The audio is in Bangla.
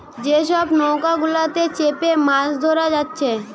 যে সব নৌকা গুলাতে চেপে মাছ ধোরা হচ্ছে